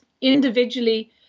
individually